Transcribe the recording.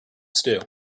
stew